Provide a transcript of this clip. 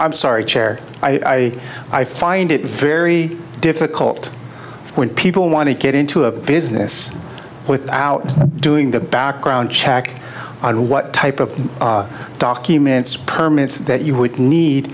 i'm sorry chair i i find it very difficult when people want to get into a business without doing the background check and what type of documents permits that you would need